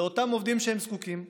את אותם עובדים שהם זקוקים להם.